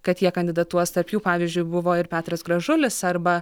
kad jie kandidatuos tarp jų pavyzdžiui buvo ir petras gražulis arba